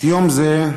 את היום הזה,